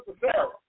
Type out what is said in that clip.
Sarah